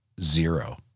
zero